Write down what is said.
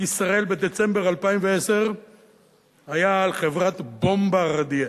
ישראל בדצמבר 2010 היתה על חברת "בומברדיה".